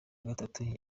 gatanu